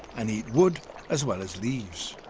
and eat wood as well as leaves.